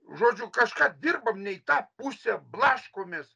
žodžiu kažką dirbam ne į tą pusę blaškomės